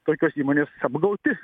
tokios įmonės apgauti